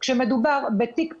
כשמדובר בתיק פלילי,